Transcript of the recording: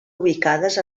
ubicades